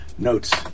notes